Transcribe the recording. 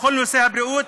בכל נושא הבריאות,